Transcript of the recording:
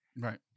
Right